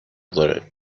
داره